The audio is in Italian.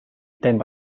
tempo